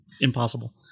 impossible